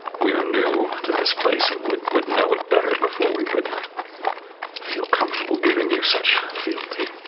we are new to this place and would would know it better before we would feel comfortable giving you such fealty.